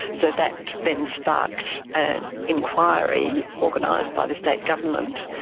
so that then sparked an inquiry, organised by the state government,